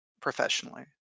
professionally